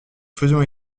faisons